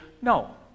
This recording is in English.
no